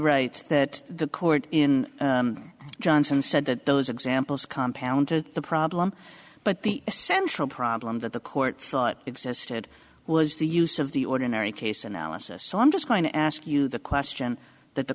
right that the court in johnson said that those examples compound the problem but the essential problem that the court thought existed was the use of the ordinary case analysis so i'm just going to ask you the question that the